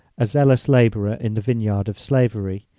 a zealous labourer in the vineyard of slavery,